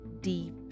Deep